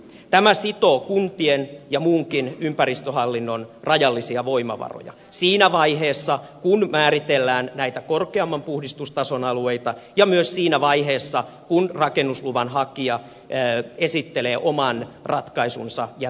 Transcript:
tämä sitoo kuntien ja muunkin ympäristöhallinnon rajallisia voimavaroja siinä vaiheessa kun määritellään näitä korkeamman puhdistustason alueita ja myös siinä vaiheessa kun rakennusluvan hakija esittelee oman ratkaisunsa jätevesien puhdistamiseksi